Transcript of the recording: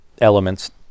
elements